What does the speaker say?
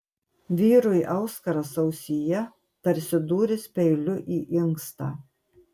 vyrui auskaras ausyje tarsi dūris peiliu į inkstą